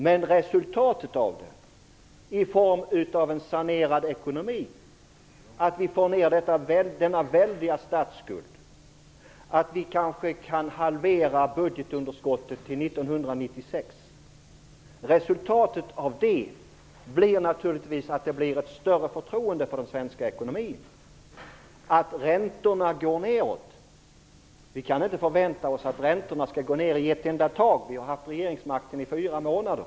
Men resultatet av det i form av en sanerad ekonomi - att vi får ned den väldiga statsskulden och att vi kanske kan halvera budgetunderskottet till 1996 - blir naturligtvis ett större förtroende för den svenska ekonomin. Sedan till det här med att räntorna går ner. Vi kan väl inte förvänta oss att räntorna går ner på ett enda tag. Vi har nu haft regeringsmakten i fyra månader.